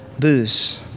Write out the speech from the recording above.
Booze